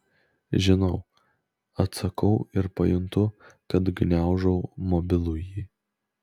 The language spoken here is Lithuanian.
žinau atsakau ir pajuntu kad gniaužau mobilųjį